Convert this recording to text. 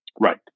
Right